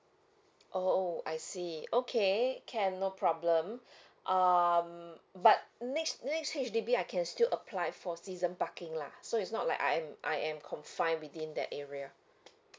oh I see okay can no problem um but next next H_D_B I can still apply for season parking lah so it's not like I am I am confine within that area